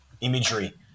imagery